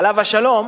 עליו השלום,